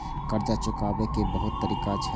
कर्जा चुकाव के बहुत तरीका छै?